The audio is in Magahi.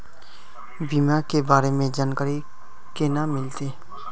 बीमा के बारे में जानकारी केना मिलते?